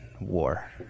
war